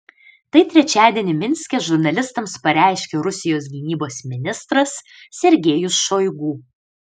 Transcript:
tai trečiadienį minske žurnalistams pareiškė rusijos gynybos ministras sergejus šoigu